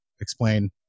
explain